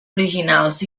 originals